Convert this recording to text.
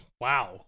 wow